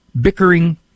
Bickering